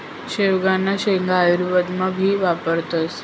शेवगांना शेंगा आयुर्वेदमा भी वापरतस